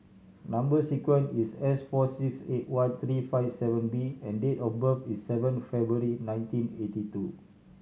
number sequence is S four six eight one three five seven B and date of birth is seven February nineteen eighty two